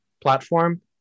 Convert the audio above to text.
platform